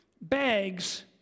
bags